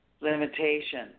limitation